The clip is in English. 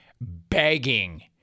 begging